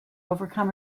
overcome